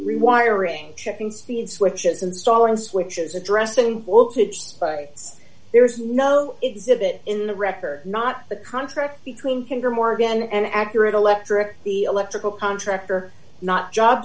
rewiring shipping speed switches installing switches addressing voltage by there is no exhibit in the record not the contract between him for morgan and accurate electric the electrical contractor not job